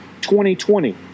2020